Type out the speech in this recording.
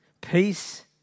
peace